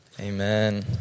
Amen